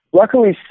luckily